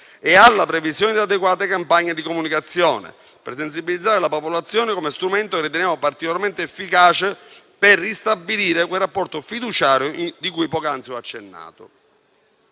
e in previsione di adeguate campagne di comunicazione per sensibilizzare la popolazione, come strumento che riteniamo particolarmente efficace per ristabilire quel rapporto fiduciario cui ho poc'anzi accennato.